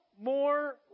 more